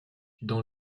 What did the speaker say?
dans